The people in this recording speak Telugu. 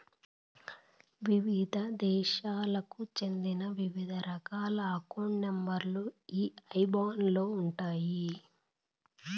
వివిధ దేశాలకు చెందిన వివిధ రకాల అకౌంట్ నెంబర్ లు ఈ ఐబాన్ లో ఉంటాయి